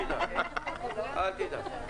אל תדאג.